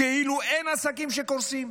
כאילו אין עסקים שקורסים?